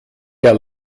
der